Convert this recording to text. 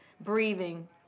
breathing